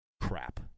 crap